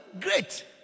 Great